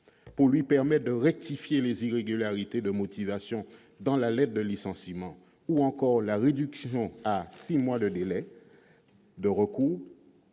pour lui permettre de rectifier des irrégularités en matière de motivation dans la lettre de licenciement ou la réduction à six mois du délai de recours